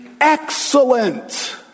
excellent